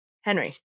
Henry